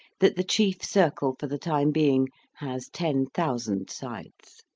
that the chief circle for the time being has ten thousand sides.